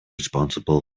responsible